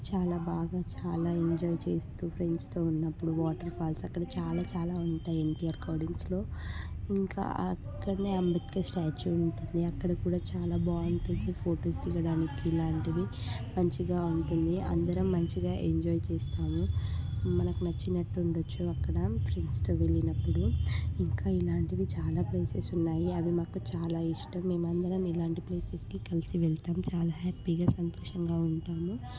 చాలా బాగా చాలా ఎంజాయ్ చేస్తూ ఫ్రెండ్స్తో ఉన్నప్పుడు వాటర్ఫాల్స్ అక్కడ చాలా చాలా ఉంటాయి అండి ఆ కడింగ్స్లో ఇంకా అక్కడనే అంబేద్కర్ స్టాట్యూ ఉంటుంది అక్కడ కూడా చాలా బాగుంటుంది ఫొటోస్ దిగడానికి ఇలా ఇలాంటివి మంచిగా ఉంటుంది అందరం మంచిగా ఎంజాయ్ చేస్తాము మనకు నచ్చినట్టు ఉండవచ్చు అక్కడ ఫ్రెండ్స్తో వెళ్ళినప్పుడు ఇంకా ఇలాంటివి చాలా ప్లేసెస్ ఉన్నాయి అవి మాకు చాలా ఇష్టం మేమందరం ఇలాంటి ప్లేసెస్కి కలిసి వెళతాము చాలా హ్యాపీగా సంతోషంగా ఉంటాము